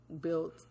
Built